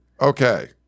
okay